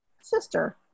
sister